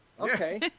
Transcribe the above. okay